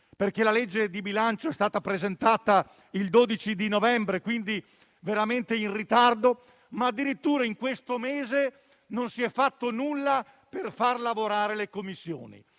disegno di legge di bilancio è stato presentato il 12 novembre, veramente in ritardo), ma addirittura in questo mese non si è fatto nulla per far lavorare le Commissioni.